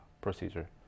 procedure